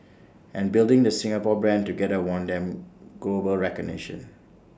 and building the Singapore brand together won them global recognition